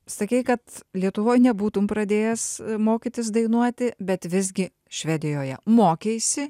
sakei kad lietuvoj nebūtum pradėjęs mokytis dainuoti bet visgi švedijoje mokeisi